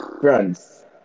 France